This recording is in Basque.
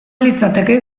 litzateke